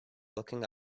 looking